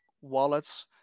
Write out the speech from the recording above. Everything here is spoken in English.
wallets